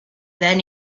then